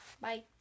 bye